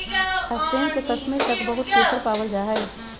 Spain से कश्मीर तक बहुत केसर पावल जा हई